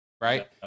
Right